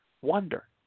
wonder